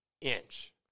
inch